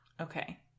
Okay